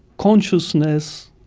consciousness,